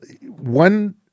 one